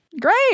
great